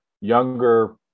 younger